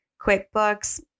QuickBooks